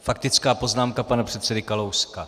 Faktická poznámka pana předsedy Kalouska.